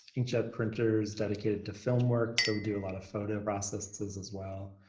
inkjet printers dedicated to film work. so we do a lot of photo processes as well,